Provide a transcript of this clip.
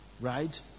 right